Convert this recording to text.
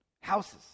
houses